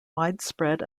widespread